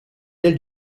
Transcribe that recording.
del